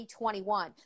2021